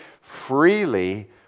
freely